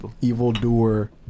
Evildoer